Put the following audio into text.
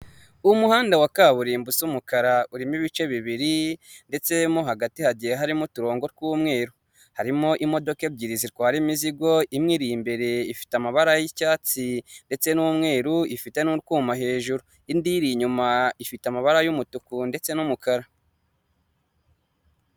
Inzu ifite amabati y'umutuku agaragara nkaho ashaje ikaba ifite antene ya kanari purisi kuburyo bareba umupira uko babishatse iri mu gipangu kiri munsi y'umuhanda